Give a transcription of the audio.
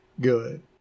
good